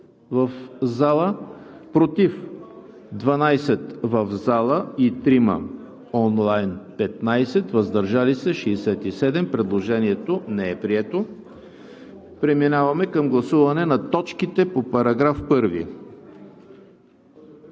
против 12 в зала и 3 онлайн – 15, въздържали се 67. Предложението не е прието. Преминаваме към гласуване на точките по § 1.